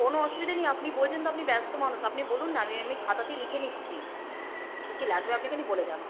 কোনো অসুবিধে নেই আপনি বলছেন তো আপনি ব্যস্ত মানুষ আপনি বলুন না আমি এমনি খাতাতেই লিখে নিচ্ছি কী কী লাগবে আপনি খালি বলে যান